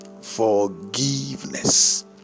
forgiveness